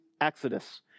exodus